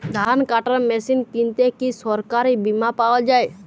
ধান কাটার মেশিন কিনতে কি সরকারী বিমা পাওয়া যায়?